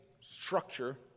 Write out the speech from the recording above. structure